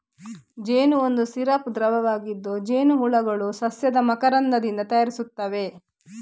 ಜೇನು ಒಂದು ಸಿರಪ್ ದ್ರವವಾಗಿದ್ದು, ಜೇನುಹುಳುಗಳು ಸಸ್ಯದ ಮಕರಂದದಿಂದ ತಯಾರಿಸುತ್ತವೆ